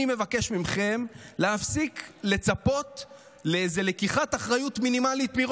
אני מבקש ממכם להפסיק לצפות מראש ממשלה לאיזו לקיחת אחריות מינימלית.